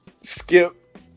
Skip